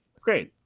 Great